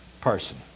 person